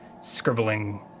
scribbling